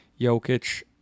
Jokic